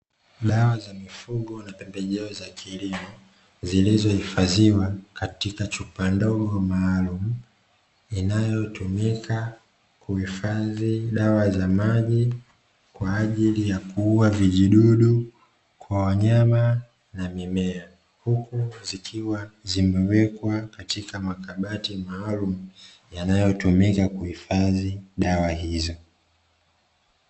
Dawa za mifugo na pembejeo za kilimo zilizoifadhiwa katika chupa ndogo maalumu inayotumika kuhifadhi dawa za maji kwa ajili ya kuuwa vijidudu kwa wanyama na mimea, huku zikiwa zimewekwa katika makabati maalumu yanayotumika kuhifadhi dawa hizo.